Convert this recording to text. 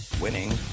Winning